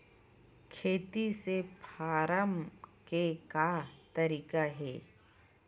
खेती से फारम के का तरीका हे?